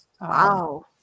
Wow